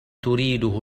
تريده